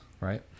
Right